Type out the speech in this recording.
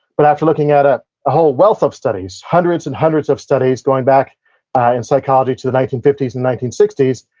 but after looking at at a whole wealth of studies, hundreds and hundreds of studies, going back in psychology to the nineteen fifty s and nineteen sixty s,